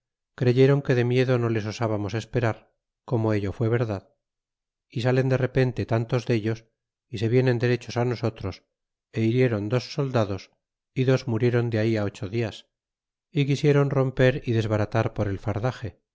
creyeron que de miedo no les osábamos esperar como ello fu verdad y salen de repente tantos dellos y se vienen derechos á nosotros é hiriéron dos soldados é dos muriéron de ahí á ocho dias é quisiéron romper y desbaratar por el fardaxe mas